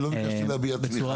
אני לא ביקשתי להביע תמיכה,